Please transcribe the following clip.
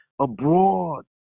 Abroad